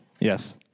Yes